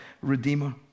Redeemer